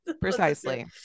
precisely